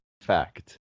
Fact